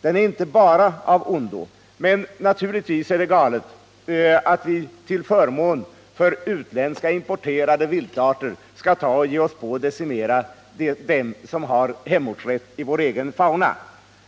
Den är inte bara av ondo, men naturligtvis är det galet att vi till förmån för utländska importerade viltarter skall ge oss på att decimera arter som har hemortsrätt i vår egen fauna.